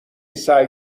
سعی